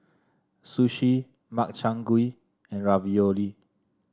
Sushi Makchang Gui and Ravioli